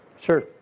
Sure